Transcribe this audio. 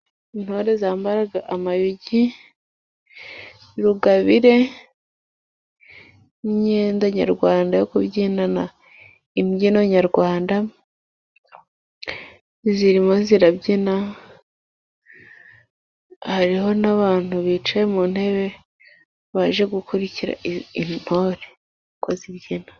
Intore zambaye amayugi, rugabire, n'imyenda nyarwanda yo kubyinana imbyino nyarwanda ,zirimo zirabyina , hariho n'abantu bicaye mu ntebe baje gukurikira intore uko zibyina.